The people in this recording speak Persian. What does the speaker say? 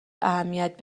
اهمیت